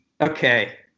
Okay